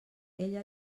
ella